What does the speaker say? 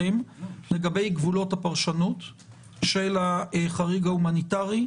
לגבי גבולות הפרשנות של החריג ההומניטרי.